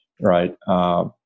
right